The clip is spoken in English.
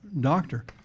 doctor